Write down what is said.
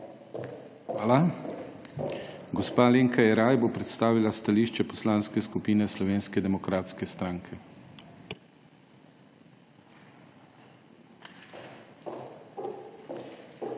Hvala. Gospa Alenka Jeraj bo predstavila stališče Poslanske skupine Slovenske demokratske stranke.